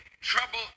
trouble